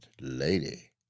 lady